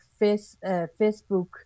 Facebook